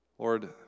Lord